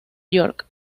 york